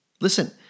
listen